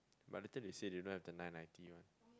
but later they say they don't have the nine ninety one